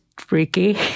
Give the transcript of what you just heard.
freaky